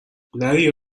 نری